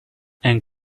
and